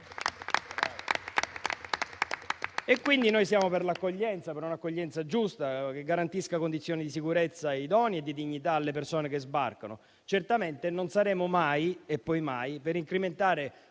Noi siamo per l'accoglienza, per un'accoglienza giusta che garantisca condizioni di sicurezza idonee e di dignità alle persone che sbarcano. Certamente non saremo mai e poi mai per incrementare